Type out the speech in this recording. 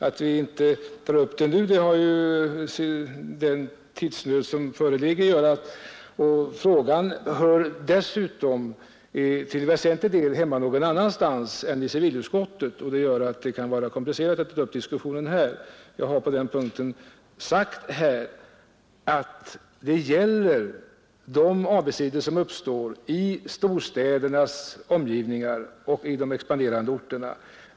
Att jag inte tar upp den nu beror på den tidsnöd som föreligger och på att frågan dessutom till en väsentlig del hör hemma någon annanstans än i civilutskottet. Det gör att det kan vara komplicerat att ta upp diskussionen här. Jag har på den punkten sagt, att det gäller de avigsidor som uppstår i storstädernas omgivningar och i de expanderande orterna.